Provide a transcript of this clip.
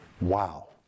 wow